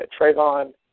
Trayvon